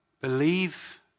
Believe